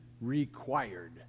Required